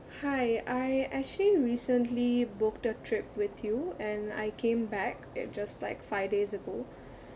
hi I actually recently booked a trip with you and I came back uh just like five days ago